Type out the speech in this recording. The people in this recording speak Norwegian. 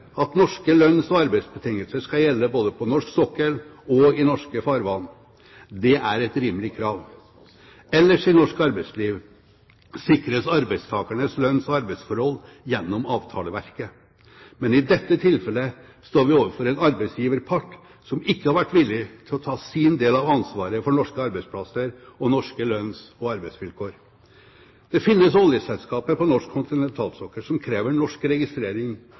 at norske lønns- og arbeidsbetingelser skal gjelde både på norsk sokkel og i norske farvann. Det er et rimelig krav. Ellers i norsk arbeidsliv sikres arbeidstakernes lønns- og arbeidsforhold gjennom avtaleverket. Men i dette tilfellet står vi overfor en arbeidsgiverpart som ikke har vært villig til å ta sin del av ansvaret for norske arbeidsplasser og norske lønns- og arbeidsvilkår. Det finnes oljeselskaper på norsk kontinentalsokkel som krever norsk registrering